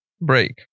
break